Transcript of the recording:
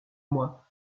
moi